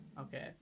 Okay